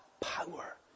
power